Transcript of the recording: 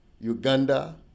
Uganda